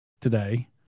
today